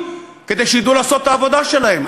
כדי שידעו לעשות את העבודה שלהם.